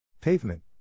Pavement